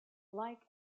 like